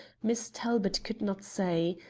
miss talbot could not say,